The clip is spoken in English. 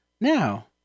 now